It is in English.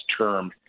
term